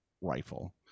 rifle